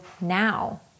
now